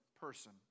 person